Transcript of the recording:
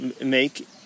make